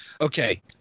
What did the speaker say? Okay